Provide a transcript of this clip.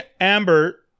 Amber